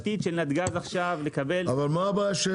תשתית של גז עכשיו, לקבל --- אבל, מה הבעיה?